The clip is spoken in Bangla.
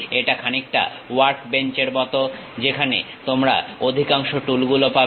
এটা খানিকটা ওয়ার্কবেঞ্চ এর মত যেখানে তোমরা অধিকাংশ টুল গুলো পাবে